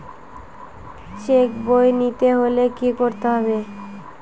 Check বই নিতে হলে কি করতে হবে?